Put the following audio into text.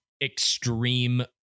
extreme